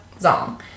Zong